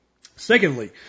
Secondly